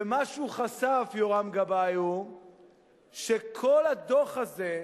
ומה שחשף יורם גבאי, שכל הדוח הזה,